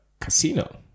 casino